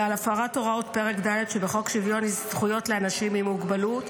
ועל הפרת הוראות פרק ד' שבחוק שוויון זכויות לאנשים עם מוגבלות,